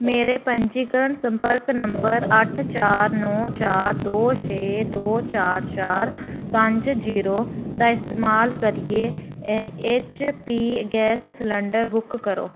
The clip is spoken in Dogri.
मेरे पंजीकरण संपर्क नंबर अट्ठ चार नौ चार दो छे दो चार पंज जीरो दा इस्तमाल करियै ऐचपी गैस सलंडर बुक करो